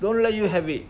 don't let you have it